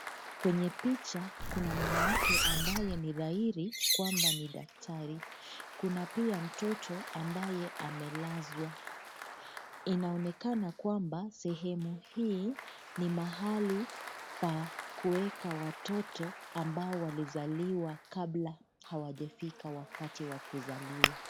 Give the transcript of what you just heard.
Kwenye picha, kuna mwanamke ambaye ni dhahiri kwamba ni daktari. Kuna pia mtoto ambaye amelazwa. Inaonekana kwamba sehemu hii ni mahali pa kuweka watoto ambao walizaliwa kabla hawajafika wakati wa kuzaliwa.